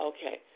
Okay